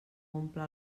omple